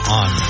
on